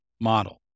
model